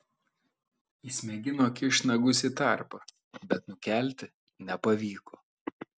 jis mėgino kišt nagus į tarpą bet nukelti nepavyko